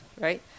right